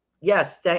Yes